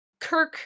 Kirk